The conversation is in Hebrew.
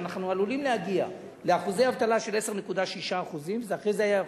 שאנחנו עלולים להגיע לאחוזי אבטלה של 10.6% ואחר כך זה יכול